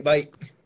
Bye